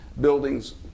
buildings